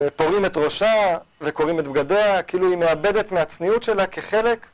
פורעים את ראשה וקוראים את בגדיה כאילו היא מאבדת מהצניעות שלה כחלק